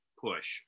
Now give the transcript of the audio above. push